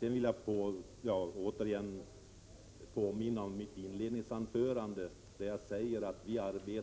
Jag vill påminna om vad jag sade i mitt inledningsanförande, att vi